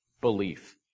belief